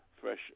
Fresh